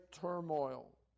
turmoil